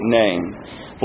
name